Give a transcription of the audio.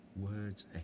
Words